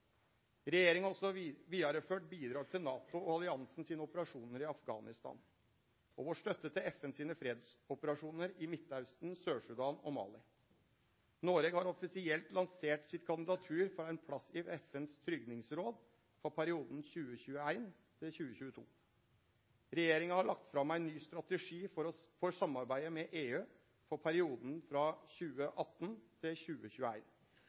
Regjeringa har også vidareført bidrag til NATO og alliansen sin operasjon i Afghanistan og vår støtte til FNs fredsoperasjonar i Midtausten, Sør-Sudan og Mali. Noreg har offisielt lansert sitt kandidatur for ein plass i FNs tryggingsråd for perioden 2021–2022. Regjeringa har lagt fram ein ny strategi for samarbeidet med EU for perioden frå 2018 til